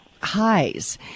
highs